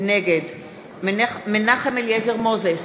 נגד מנחם אליעזר מוזס,